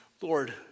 Lord